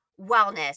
wellness